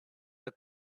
the